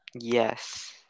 yes